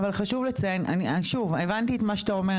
אבל חשוב לציין, שוב, הבנתי את מה שאתה אומר.